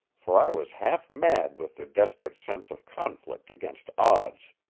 for i was half-mad with the desperate sense of conflict against odds.